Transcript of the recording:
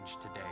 today